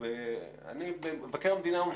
לא יודע אם זה טוב לכם.